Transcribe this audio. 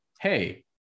hey